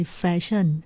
fashion